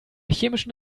chemischen